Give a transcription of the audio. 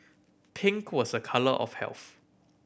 pink was a colour of health